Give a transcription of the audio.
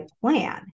plan